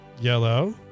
yellow